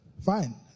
fine